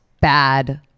bad